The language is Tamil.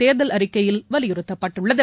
தேர்தல் அறிக்கையில் வலியுறுத்தப்பட்டுள்ளது